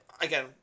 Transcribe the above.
again